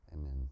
Amen